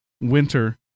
winter